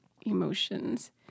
emotions